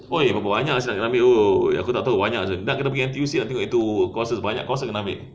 !oi! berapa banyak sia nak kena ambil !oi! aku tak tahu banyak nak kena pergi N_T_U_C tengok itu course banyak course dia kena ambil